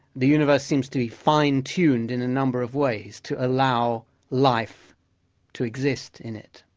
the universe seems to be fine tuned in a number of ways to allow life to exist in it.